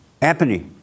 Anthony